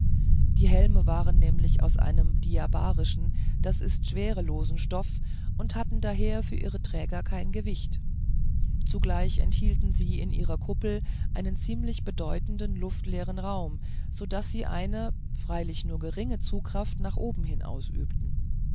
die helme waren nämlich aus einem diabarischen das ist schwerelosen stoff und hatten daher für ihre träger kein gewicht zugleich enthielten sie in ihrer kuppel einen ziemlich bedeutenden luftleeren raum so daß sie eine freilich nur geringe zugkraft nach oben hin ausübten